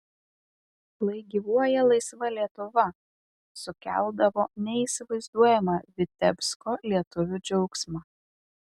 lai gyvuoja laisva lietuva sukeldavo neįsivaizduojamą vitebsko lietuvių džiaugsmą